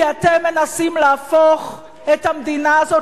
כי אתם מנסים להפוך את המדינה הזאת